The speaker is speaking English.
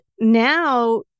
now